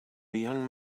young